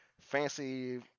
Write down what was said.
fancy